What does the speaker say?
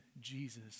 Jesus